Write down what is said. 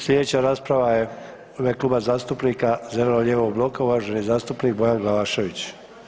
Sljedeća rasprava je u ime Kluba zastupnika zeleno-lijevog bloka uvaženi zastupnik Bojan Glavašević.